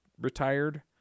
retired